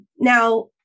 Now